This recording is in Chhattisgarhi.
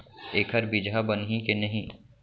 एखर बीजहा बनही के नहीं?